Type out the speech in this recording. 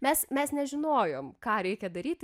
mes mes nežinojom ką reikia daryti